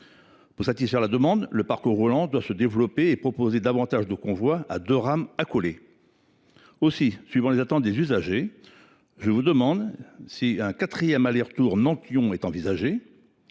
Pour satisfaire la demande, le parc roulant doit se développer et proposer davantage de convois à deux rames accolées. Suivant les attentes des usagers, un quatrième aller retour Nantes Lyon est il envisagé ?